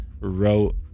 wrote